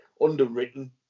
underwritten